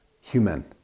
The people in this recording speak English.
human